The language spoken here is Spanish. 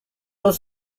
los